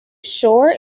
sure